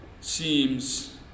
seems